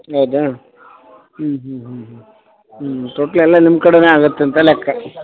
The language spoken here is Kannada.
ಹೌದಾ ಹ್ಞೂ ಹ್ಞೂ ಹ್ಞೂ ಹ್ಞೂ ಟೊಟ್ಲ್ ಎಲ್ಲ ನಿಮ್ಮ ಕಡೆಯೇ ಆಗುತ್ತೆ ಅಂತ ಲೆಕ್ಕ